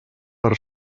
per